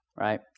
right